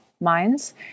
minds